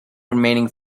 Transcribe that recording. remaining